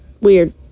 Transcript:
weird